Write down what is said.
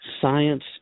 science